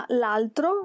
l'altro